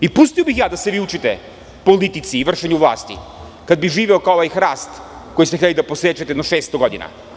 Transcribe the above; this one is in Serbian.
Pustio bih ja da se vi učite politici i vršenju vlasti kad bih živeo kao ovaj hrast koji ste hteli da posečete, jedno 600 godina.